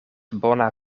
bona